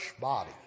body